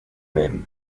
mêmes